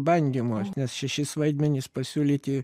bandymo nes šešis vaidmenis pasiūlyti